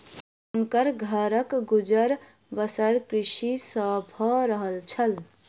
हुनकर घरक गुजर बसर कृषि सॅ भअ रहल छल